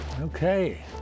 Okay